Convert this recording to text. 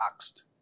asked